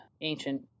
ancient